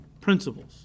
principles